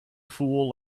fool